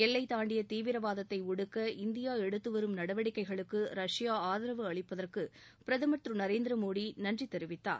எல்லை தாண்டிய தீவிரவாதத்தை ஒடுக்க இந்தியா எடுத்துவரும் நடவடிக்கைகளுக்கு ரஷ்யா ஆதரவு அளிப்பதற்கு பிரதமர் திரு நரேந்திர மோடி நன்றி தெரிவித்தார்